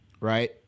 right